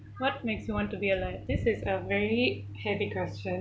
what makes you want to be alive this is a very heavy question